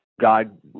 God